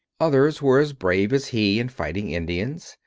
others were as brave as he in fighting indians.